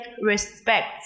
respect